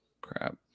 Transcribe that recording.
Crap